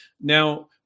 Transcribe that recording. now